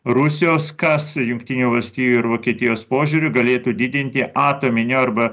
rusijos kas jungtinių valstijų ir vokietijos požiūriu galėtų didinti atominę arba